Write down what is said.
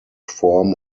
form